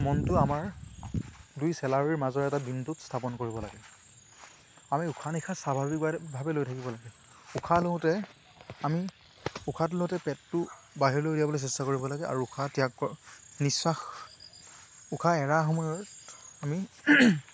মনটো আমাৰ দুই চেলাউৰীৰ মাজৰ এটা বিন্দুত স্থাপন কৰিব লাগে আমি উশাহ নিশাহ স্বাভাৱিকভাৱে লৈ থাকিব লাগে উশাহ লওঁতে আমি উশাহটো লওঁঁতে পেটটো বাহিৰলৈ উলিয়াবলৈ চেষ্টা কৰিব লাগে আৰু উশাহ ত্যাগ ক নিশ্বাস উশাহ এৰা সময়ত আমি